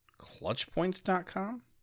ClutchPoints.com